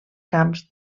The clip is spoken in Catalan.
camps